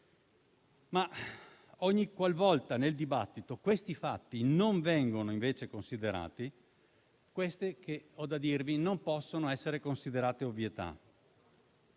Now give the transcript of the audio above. Ogniqualvolta, però, nel dibattito questi fatti non vengono invece considerati, ciò che ho da dirvi non può essere considerato ovvietà.